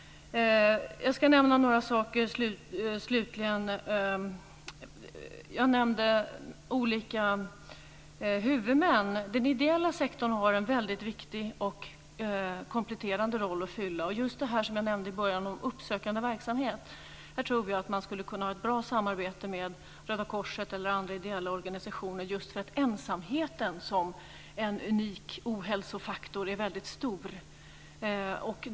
Jag ska slutligen nämna lite grann om olika huvudmän. Den ideella sektorn har en viktig och kompletterande roll att fylla. I början nämnde jag uppsökande verksamhet. Här tror vi att det skulle gå att ha ett bra samarbete med Röda korset eller andra ideella organisationer. Just ensamheten som en unik ohälsofaktor är stor.